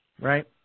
right